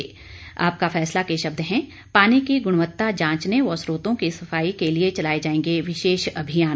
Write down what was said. जबकि आपका फैसला के शब्द हैं पानी की गुणवता जांचने व स्त्रोतों की सफाई के लिए चलाए जाएंगे विशेष अभियान